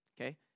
okay